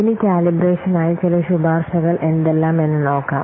ഇനി കാലിബ്രേഷനായി ചില ശുപാർശകൾ എന്തെല്ലാം എന്ന് നോക്കാം